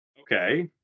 Okay